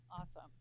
Awesome